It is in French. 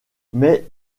mais